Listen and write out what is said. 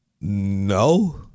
No